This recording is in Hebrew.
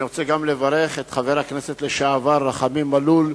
אני רוצה גם לברך את חבר הכנסת לשעבר רחמים מלול,